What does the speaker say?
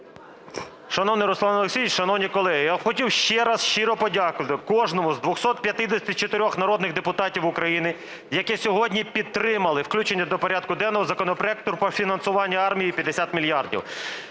Шановний Руслан Олексійович, шановні колеги! Я хотів ще раз щиро подякувати кожному з 254 народних депутатів України, які сьогодні підтримали включення до порядку денного законопроекту про фінансування армії 50 мільярдів.